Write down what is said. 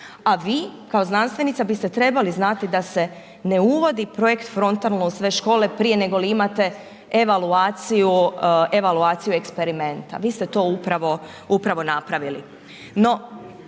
a vi kao znanstvenica biste trebali znati da se ne uvodi projekt frontalno u sve škole prije nego li imate evaluaciju, evaluaciju eksperimenta, vi ste to upravo, upravo